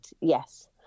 yes